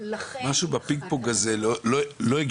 בפינג פונג הזה לא,